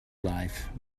life